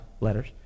letters